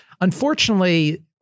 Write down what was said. unfortunately